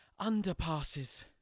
underpasses